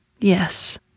yes